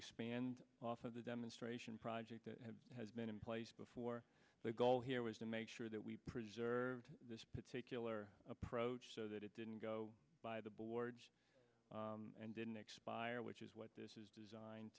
expand off of the demonstration project that has been in place before the goal here was to make sure that we preserved this particular approach so that it didn't go by the boards and didn't expire which is what this is designed